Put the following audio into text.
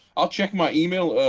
i'll check my email.